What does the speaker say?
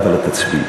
אבל את תצביעי.